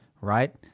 right